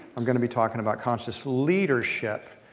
i'm going to be talking about conscious leadership.